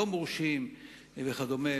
לא מורשים וכדומה.